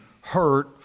hurt